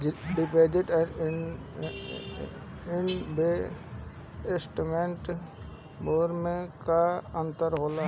Deposit and investment bond मे का अंतर होला?